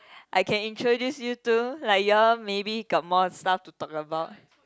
I can introduce you too like you all maybe got more stuff to talk about